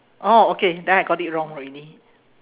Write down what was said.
orh okay then I got it wrong already